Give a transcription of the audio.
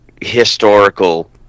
historical